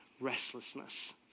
restlessness